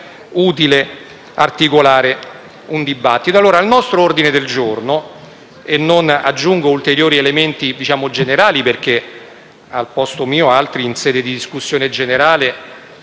utile articolare un dibattito